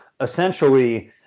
essentially